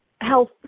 health